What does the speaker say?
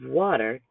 water